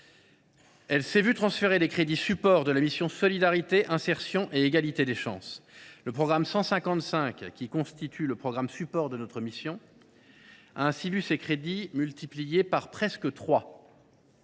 Elle s’est ainsi vu transférer les crédits support de la mission « Solidarité, insertion et égalité des chances » et le programme 155, qui constitue le programme support de notre mission, a vu ses crédits multipliés par presque trois.